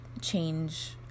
change